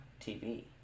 TV